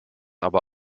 aber